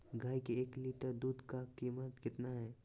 गाय के एक लीटर दूध का कीमत कितना है?